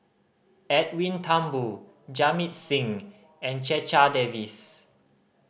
Edwin Thumboo Jamit Singh and Checha Davies